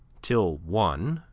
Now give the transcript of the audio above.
till one,